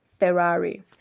Ferrari